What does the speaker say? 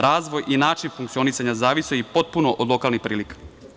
Razvoj i način funkcionisanja zavisio je potpuno od lokalnih prilika.